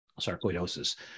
sarcoidosis